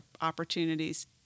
opportunities